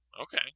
Okay